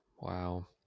Wow